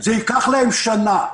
זה ייקח להם שנה.